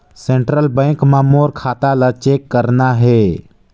Central Bank मां मोर खाता ला चेक करना हे?